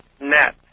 net